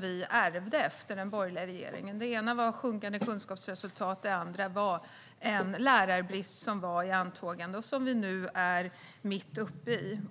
vi ärvde efter den borgerliga regeringen. Den ena var sjunkande kunskapsresultat, och den andra var en lärarbrist som var i antågande och som vi nu är mitt uppe i.